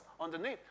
underneath